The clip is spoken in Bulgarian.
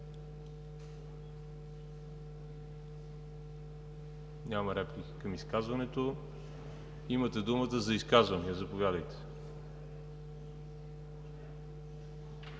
Няма реплики към изказването. Имате думата за изказвания, заповядайте.